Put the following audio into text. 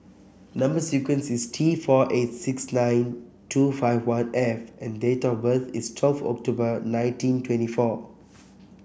number sequence is T four eight six nine two five one F and date of birth is twelfth October nineteen twenty four